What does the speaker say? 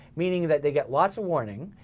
meaning that they get lots of warning.